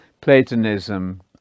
Platonism